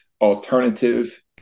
alternative